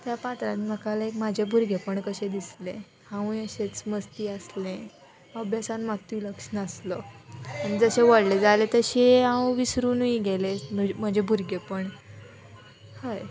त्या पात्रान म्हाका लायक म्हाजें भुरगेंपण कशें दिसलें हांवूंय अशेंच मस्ती आसलें अभ्यासान मात्तूय लक्ष नासलो आनी जशें व्हडलें जालें तशें हांव विसरुनूय गेलें म म्हजें भुरगेंपण हय